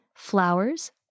flowers